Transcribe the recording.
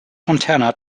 fontana